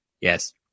Yes